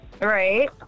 right